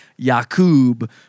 Yakub